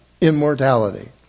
immortality